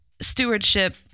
stewardship